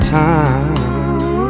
time